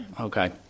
okay